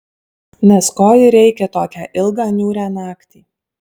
nes ko ir reikia tokią ilgą niūrią naktį